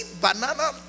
banana